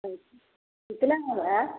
कितना होगा